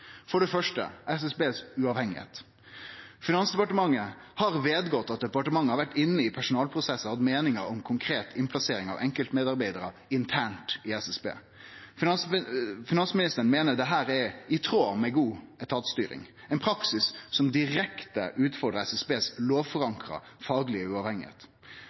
Det første er sjølvstendet til SSB. Finansministeren har vedgått at departementet har vore inne i personalprosessar og hatt meiningar om konkret plassering av enkeltmedarbeidarar internt i SSB. Finansministeren meiner dette er i tråd med god etatsstyring, ein praksis som direkte utfordrar det lovforankra faglege